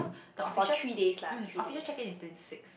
for three days lah three days